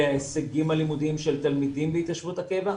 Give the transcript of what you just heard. וההישגים הלימודיים של תלמידים בהתיישבות הקבע,